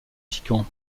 piquant